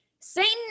Satan